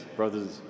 brothers